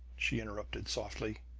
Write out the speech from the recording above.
she interrupted softly.